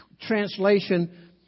translation